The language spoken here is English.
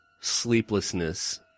sleeplessness